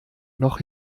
noch